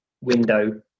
window